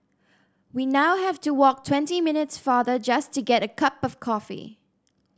we now have to walk twenty minutes farther just to get a cup of coffee